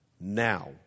now